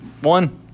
One